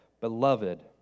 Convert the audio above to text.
Beloved